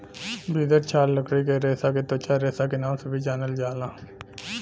भितर छाल लकड़ी के रेसा के त्वचा रेसा के नाम से भी जानल जाला